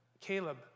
Caleb